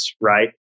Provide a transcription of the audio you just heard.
right